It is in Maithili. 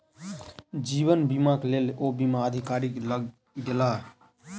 जीवन बीमाक लेल ओ बीमा अधिकारी लग गेला